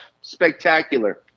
spectacular